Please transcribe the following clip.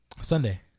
sunday